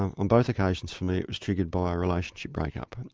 on um both occasions for me it was triggered by a relationship breakup.